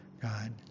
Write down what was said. God